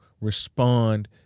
respond